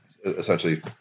essentially